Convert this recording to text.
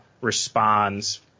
responds